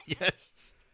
Yes